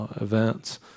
events